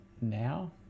now